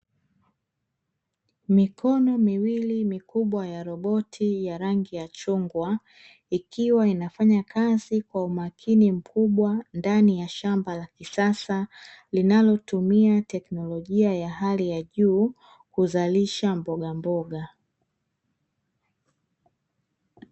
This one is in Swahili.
Mikono miwili mikubwa ya roboti ya rangi ya chungwa, ikiwa inafanya kazi kwa umakini mkubwa , ndani ya shamba la kisasa, linalotumia tekinolojia ya hali ya juu, kuzalisha mboga mboga.